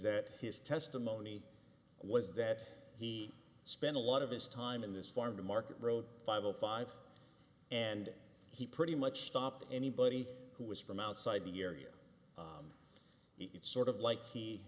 that his testimony was that he spent a lot of his time in this farm to market road five o five and he pretty much stopped anybody who was from outside the area it's sort of like he